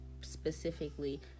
specifically